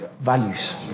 values